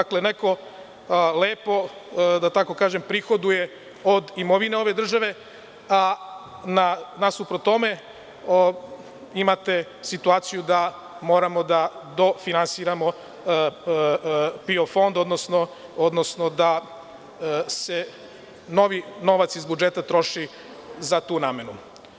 Dakle, neko lepo prihoduje od imovine ove države, a nasuprot tome imate situaciju da moramo da dofinansiramo PIO fond, odnosno da se novac iz budžeta troši za tu namenu.